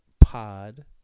pod